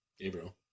Gabriel